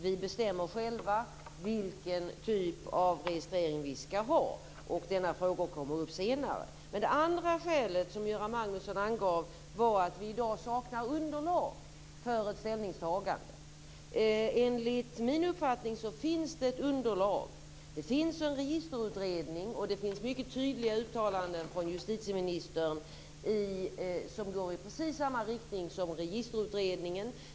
Vi bestämmer själva vilken typ av registrering vi skall ha, och denna fråga kommer upp senare. Men det andra skälet som Göran Magnusson angav var att vi i dag saknar underlag för ett ställningstagande. Enligt min uppfattning finns det ett underlag. Det finns en registerutredning, och det finns mycket tydliga uttalanden från justitieministern som går i precis samma riktning som registerutredningen.